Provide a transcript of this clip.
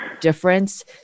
difference